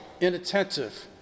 inattentive